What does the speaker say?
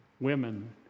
women